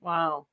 Wow